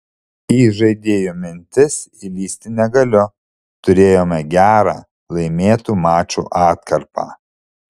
į žaidėjų mintis įlįsti negaliu turėjome gerą laimėtų mačų atkarpą